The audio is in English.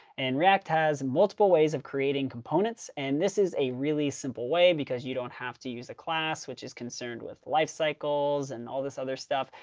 and react has multiple ways of creating components. and this is a really simple way because you don't have to use a class, which is concerned with life cycles and all this other stuff.